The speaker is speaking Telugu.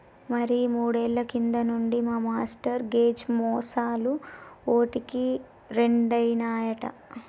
మరి మూడేళ్ల కింది నుంచి ఈ మార్ట్ గేజ్ మోసాలు ఓటికి రెండైనాయట